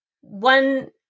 one